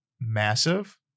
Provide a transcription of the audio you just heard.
massive